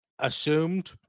Assumed